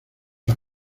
las